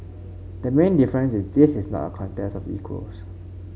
the main difference is this is not a contest of equals